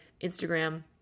Instagram